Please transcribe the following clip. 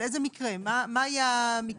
מה יהיה המקרה?